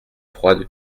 froide